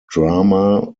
drama